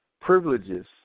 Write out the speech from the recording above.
privileges